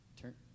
Turn